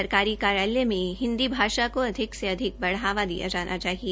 सरकारी कार्यालय में हिन्दी भाषा को अधिक से अधिक बढ़ावा दिया जाना चाहिए